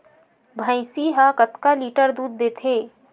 भंइसी हा कतका लीटर दूध देथे?